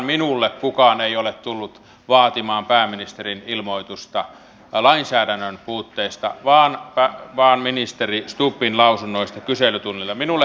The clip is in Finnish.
ja eivät he ole sen takia että siellä on jotenkin heille huonommat palkat vaan kun eivät saa muuta